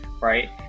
right